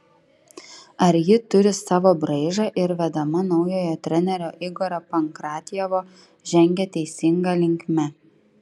ar ji turi savo braižą ir vedama naujojo trenerio igorio pankratjevo žengia teisinga linkme